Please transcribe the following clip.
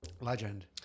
Legend